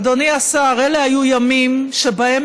אדוני השר, אלה היו ימים שבהם